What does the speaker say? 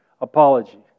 apology